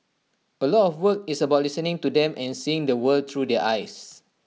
A lot of the work is about listening to them and seeing the world through their eyes